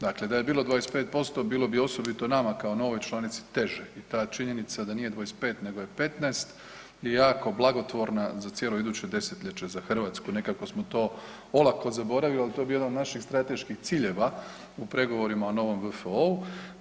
Dakle da je bilo 25% bilo bi osobito nama kao novoj članici teže i ta činjenica nije 25 nego je 15 je jako blagotvorna za cijelo iduće desetljeće za Hrvatsku. nekako smo to olako zaboravili, ali to je bio jedan od naših strateških ciljeva u pregovorima o novom VFO-u.